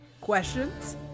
questions